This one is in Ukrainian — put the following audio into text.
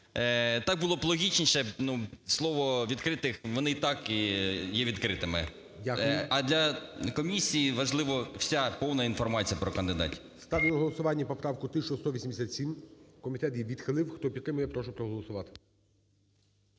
Так було б логічніше, слово "відкритих", вони і так є відкритими. А для комісії важлива вся повна інформація про кандидатів. ГОЛОВУЮЧИЙ. Ставлю на голосування поправку 1187. Комітет її відхилив. Хто підтримує, прошу проголосувати.